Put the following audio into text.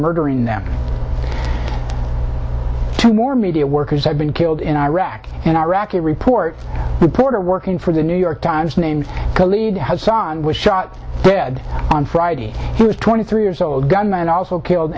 murdering them two more media workers have been killed in iraq and iraqi report the porter working for the new york times named to lead his son was shot dead on friday he was twenty three years old gunman also killed